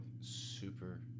super